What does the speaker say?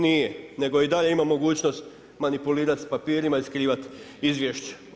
Nije, nego i dalje ima mogućnost manipulirati s papirima i skrivati izvješće.